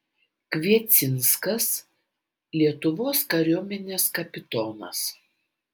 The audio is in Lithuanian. kviecinskas lietuvos kariuomenės kapitonas